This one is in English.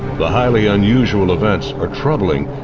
the highly unusual events are troubling,